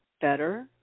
better